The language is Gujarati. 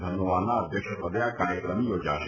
ધનોઆના અધ્યક્ષપદે આ કાર્યક્રમ યોજાશે